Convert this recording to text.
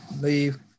leave